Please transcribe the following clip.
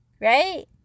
right